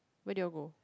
where did you all go